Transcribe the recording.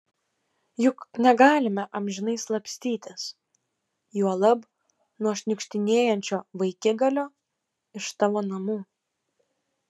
juk negalime amžinai slapstytis juolab nuo šniukštinėjančio vaikigalio iš tavo namų